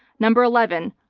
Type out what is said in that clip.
number eleven,